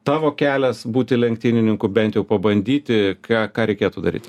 tavo kelias būti lenktynininku bent jau pabandyti ką ką reikėtų daryt